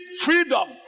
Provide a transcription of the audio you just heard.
freedom